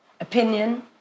opinion